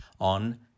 on